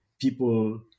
people